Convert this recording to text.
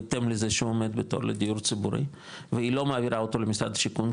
בהתאם לזה שעומד לתור בדיור ציבורי והיא לא מעבירה אותו למשרד השיכון,